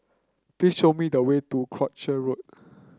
please show me the way to Croucher Road